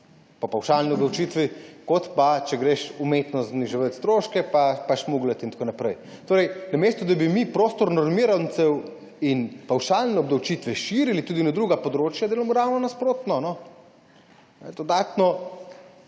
po pavšalni obdavčitvi, kot če greš umetno zniževat stroške pa šmuglat in tako naprej. Namesto da bi mi prostor normirancev in pavšalne obdavčitve širili tudi na druga področja, delamo ravno nasprotno. Dodatno